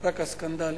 רק הסקנדלים.